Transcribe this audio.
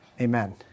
Amen